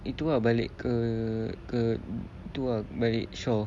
itu ah balik ke ke tu ah balik shore